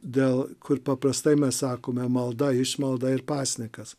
dėl kur paprastai mes sakome malda išmalda ir pasninkas